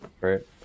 right